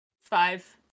Five